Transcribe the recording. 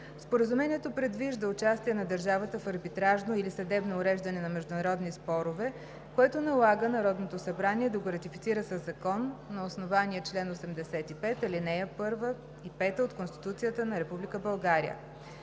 Споразумението предвижда участие на държавата в арбитражно или съдебно уреждане на международни спорове, което налага Народното събрание да го ратифицира със закон на основание чл. 85, ал. 1, т. 5 от Конституцията на Република България.